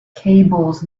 cables